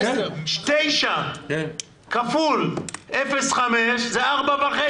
9 כפול 0.5 זה 4.5